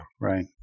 Right